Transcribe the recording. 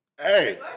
Hey